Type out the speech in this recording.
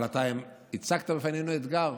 אבל אתה הצגת בפנינו אתגר.